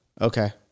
okay